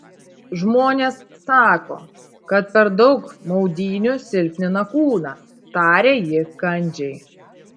žmonės sako kad per daug maudynių silpnina kūną tarė ji kandžiai